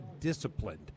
disciplined